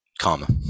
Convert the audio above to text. karma